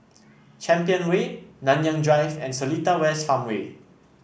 Champion Way Nanyang Drive and Seletar West Farmway